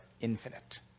infinite